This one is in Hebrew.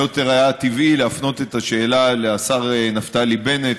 יותר טבעי להפנות את השאלה לשר נפתלי בנט,